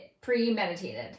premeditated